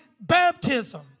baptism